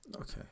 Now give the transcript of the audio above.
Okay